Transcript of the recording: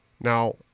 Now